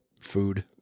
food